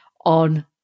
on